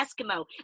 Eskimo